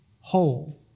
whole